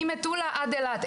ממטולה עד אילת.